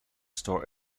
store